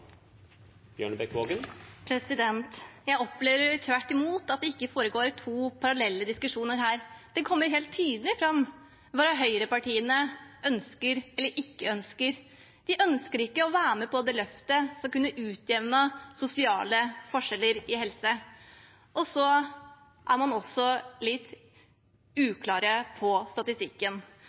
mest. Jeg opplever tvert imot at det ikke foregår to parallelle diskusjoner her. Det kommer helt tydelig fram hva høyrepartiene ønsker eller ikke ønsker. De ønsker ikke å være med på det løftet som kunne utjevnet sosiale forskjeller innen helse. Man er også litt uklar på statistikken.